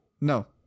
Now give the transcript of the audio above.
No